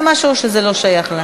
הוחלט כי זו תוכפף להצעה הממשלתית.